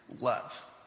love